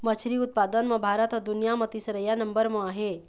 मछरी उत्पादन म भारत ह दुनिया म तीसरइया नंबर म आहे